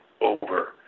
over